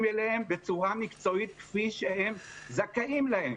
אליהם בצורה מקצועית כפי שהם זכאים לה.